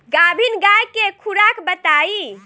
गाभिन गाय के खुराक बताई?